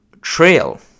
trail